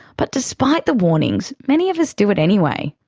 but despite the warnings, many of us do it anyway.